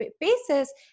basis